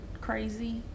crazy